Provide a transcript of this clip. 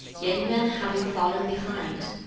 yen yuen having fallen behind,